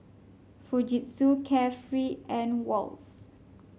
Fujitsu Carefree and Wall's